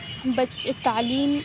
بچ تعلیم